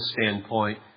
standpoint